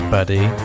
Buddy